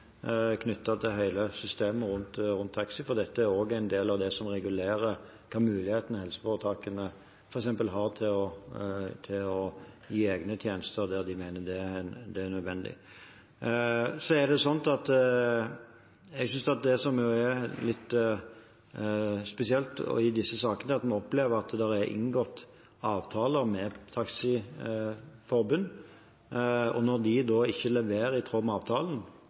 til hele systemet rundt taxinæringen. Dette er også en del av det som regulerer hvilke muligheter helseforetakene har for f.eks. å gi egne tjenester der de mener det er nødvendig. Så synes jeg at det som er litt spesielt i disse sakene, er at en opplever at det er inngått avtaler med taxiselskaper, og når de ikke leverer i tråd med avtalen,